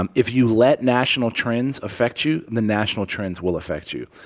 um if you let national trends affect you, the national trends will affect you.